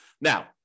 Now